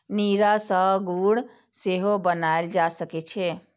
नीरा सं गुड़ सेहो बनाएल जा सकै छै